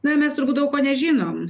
na mes turbūt daug ko nežinom